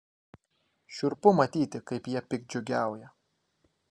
šiurpu matyti kaip jie piktdžiugiauja